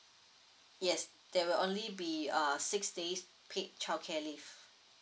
yes there will only be uh six days paid childcare leave